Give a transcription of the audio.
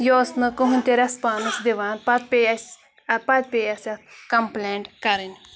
یہِ اوس نہٕ کٕہۭنۍ تہِ رٮ۪سپانٕس دِوان پَتہٕ پے اَسہِ پَتہٕ پے اَسہِ اَتھ کَمپٕلینٹ کَرٕنۍ